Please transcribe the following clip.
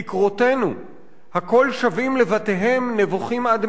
כיכרותינו/ הכול שבים לבתיהם נבוכים עד